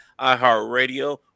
iHeartRadio